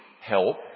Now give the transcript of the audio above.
help